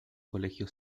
colegio